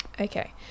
okay